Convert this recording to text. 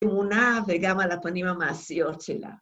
אמונה, וגם על הפנים המעשיות שלה.